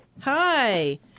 hi